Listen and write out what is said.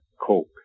coke